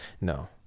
No